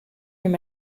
your